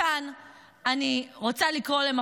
שומעים את כל השקרים ואת ההסתה: שראש